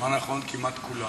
בזמן האחרון כמעט כולן.